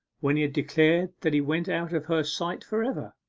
when he had declared that he went out of her sight for ever?